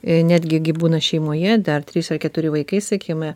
a netgi gi būna šeimoje dar trys ar keturi vaikai sakykime